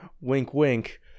wink-wink